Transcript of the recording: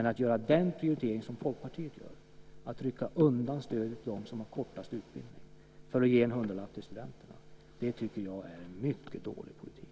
Att göra den prioritering som Folkpartiet gör, att rycka undan stödet för dem som har kortast utbildning för att ge en hundralapp till studenterna, tycker jag är en mycket dålig politik.